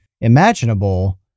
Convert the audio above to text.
imaginable